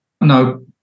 no